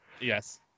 Yes